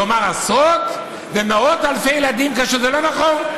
לומר "עשרות ומאות אלפי ילדים" כאשר זה לא נכון.